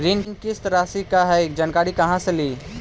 ऋण किस्त रासि का हई जानकारी कहाँ से ली?